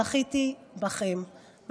זכיתי בכם,